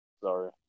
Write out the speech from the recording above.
sorry